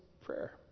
prayer